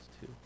two